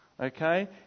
okay